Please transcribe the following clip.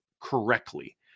correctly